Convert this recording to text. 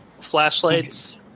flashlights